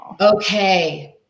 Okay